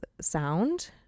sound